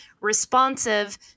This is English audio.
responsive